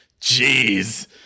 Jeez